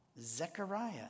Zechariah